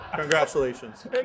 congratulations